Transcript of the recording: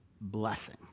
blessing